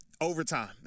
Overtime